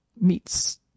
meets